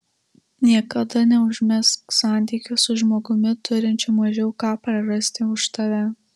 niekada neužmegzk santykių su žmogumi turinčiu mažiau ką prarasti už tave